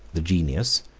the genius,